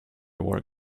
were